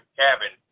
cabin